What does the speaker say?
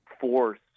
force